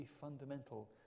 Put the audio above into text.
fundamental